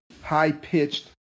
high-pitched